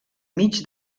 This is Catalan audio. mig